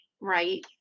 right